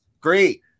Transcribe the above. Great